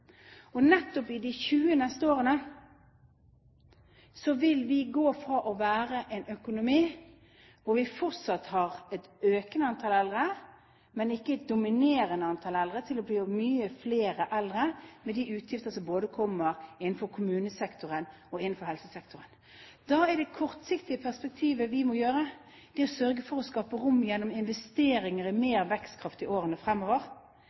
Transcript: Nettopp i løpet av de 20 neste årene vil vi gå fra å være en økonomi hvor vi fortsatt har et økende antall eldre, men ikke et dominerende antall eldre, til å bli mange flere eldre, med de utgiftene som da kommer innenfor kommunesektoren og innenfor helsesektoren. Da er det kortsiktige perspektivet å sørge for å skape rom gjennom investeringer i mer vekstkraft i årene fremover.